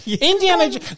Indiana